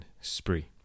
spree